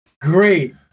Great